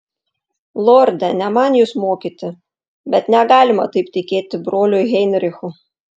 lorde ne man jus mokyti bet negalima taip tikėti broliu heinrichu